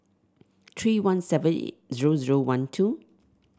three one seven zero zero one two